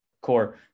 core